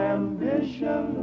ambition